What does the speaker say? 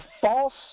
false